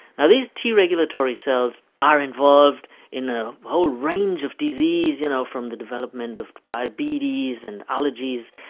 and these t regulatory cells are involved in a whole range of disease, you know from the development of diabetes and allergies,